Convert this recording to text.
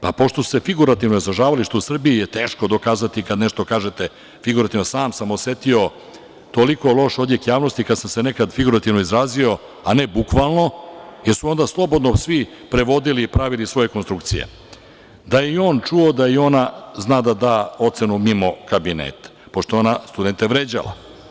Pošto se figurativno izražavao, pošto je u Srbiji teško dokazati kada nešto kažete figurativno, sam sam osetio toliko loš odjek javnosti kada sam se nekad figurativno izrazio, a ne bukvalno, jer su onda slobodno svi prevodili i pravili svoje konstrukcije, da je on čuo da i ona zna da da ocenu mimo kabineta, pošto je ona studente vređala.